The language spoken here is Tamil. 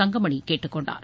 தங்கமணி கேட்டுக் கொண்டார்